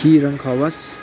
Kiran Khawas